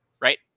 right